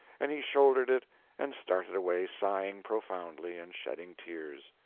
and he shouldered it and started away sighing profoundly and shedding tears.